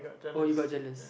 oh you got jealous